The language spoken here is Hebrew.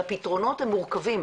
והפתרונות הם מורכבים.